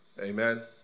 Amen